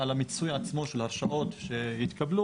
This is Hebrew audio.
על המיצוי עצמו של ההרשאות שהתקבלו,